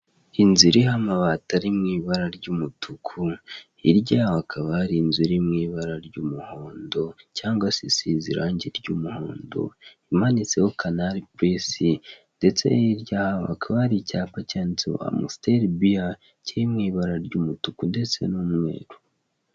Inzu iriho amabati ari mu ibara ry'umutuku hirya y'aho hakaba hari inzu iri mu ibara ry'umuhondo cyangwa se isize irange ry'umuhondo, imanitseho kanari purise ndetse hirya hakaba hari icyapa cyanditseho amusiteri biya, kiri mu ibara ry'umutuku ndetse n'umweru.